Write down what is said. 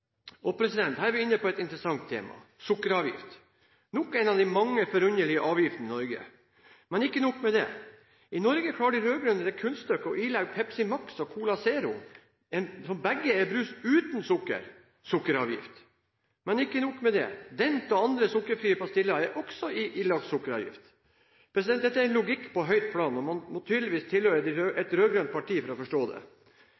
Her er vi inne på et interessant tema: sukkeravgift, nok én av de mange forunderlige avgiftene i Norge. Men ikke nok med det, i Norge klarer de rød-grønne det kunststykke å ilegge Pepsi Max og Cola Zero, som begge er brus uten sukker, sukkeravgift. Og ikke nok med det, Dent og andre sukkerfrie pastiller er også ilagt sukkeravgift. Dette er logikk på høyt plan, og man må tydeligvis tilhøre et rød-grønt parti for å forstå det.